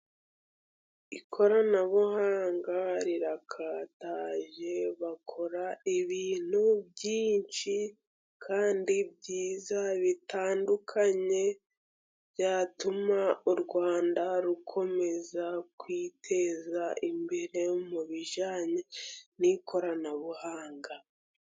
Ikoranabuhanga rirakataje, bakora ibintu byinshi kandi byiza bitandukanye, byatuma urwanda rukomeza kwiteza imbere mu bijyanye n'ikoranabuhanga.